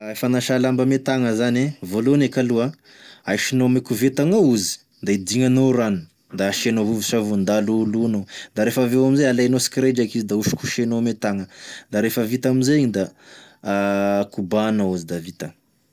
Fanasa lamba ame tagna zany, voalohany eky aloha asianao ame koveta agn'ao izy da idignanao rano da asianao vovosavony da aloalognanao, da refaveo amizay alainao tsikiraidraiky izy da osokosoinao ame tagna da refa vita amizay igny da kobànao izy da vita.